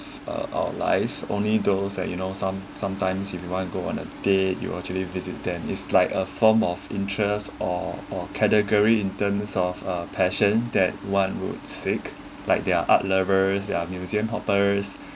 a~ alive only those that you know some sometimes if you wanna go on a date you actually visit them is like a form of interest or or category in terms of uh passion that one would seek like their art lovers their museum hoppers